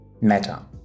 Meta